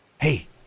Hey